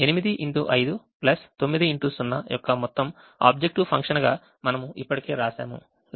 ఈ 8x5 9x0 యొక్క మొత్తం ఆబ్జెక్టివ్ ఫంక్షన్గా మనము ఇప్పటికే చూశాము